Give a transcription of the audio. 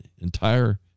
entire